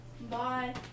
Bye